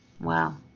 Wow